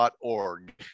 org